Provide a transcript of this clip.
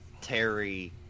Terry